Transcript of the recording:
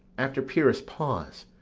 after pyrrhus' pause,